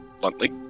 bluntly